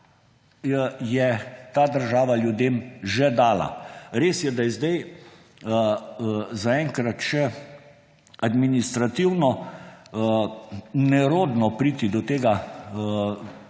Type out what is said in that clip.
je ta država ljudem že dala. Res je, da je zaenkrat še administrativno nerodno priti do tega